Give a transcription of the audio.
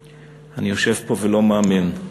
אני יושב פה ולא מאמין.